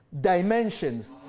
Dimensions